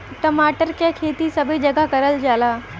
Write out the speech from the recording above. टमाटर क खेती सबे जगह करल जाला